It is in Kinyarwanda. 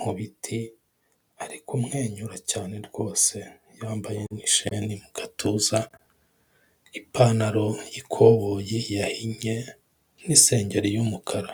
mu biti, ari kumwenyura cyane rwose, yambaye n'isheni mu gatuza, ipantaro y'ikoboyi yahinnye n'isengeri y'umukara.